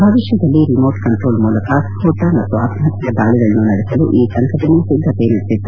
ಭವಿಷ್ಣದಲ್ಲಿ remote control ಮೂಲಕ ಸ್ತೋಟ ಮತ್ತು ಆತ್ಪಹತ್ಯಾ ದಾಳಗಳನ್ನು ನಡೆಸಲು ಈ ಸಂಘಟನೆ ಸಿದ್ದತೆ ನಡೆಸಿತ್ತು